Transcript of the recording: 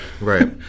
right